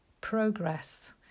progress